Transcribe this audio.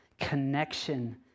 connection